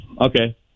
okay